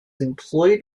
employed